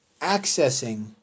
accessing